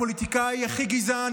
על ידי הפוליטיקאי הכי גזען,